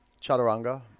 chaturanga